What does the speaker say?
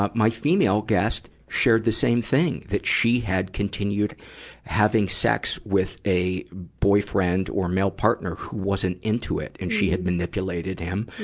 my female guest shared the same thing, that she had continued having sex with a boyfriend or male partner who wasn't into it, and she had manipulated him.